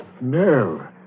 No